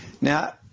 Now